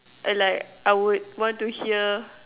and like I would want to hear